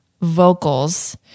vocals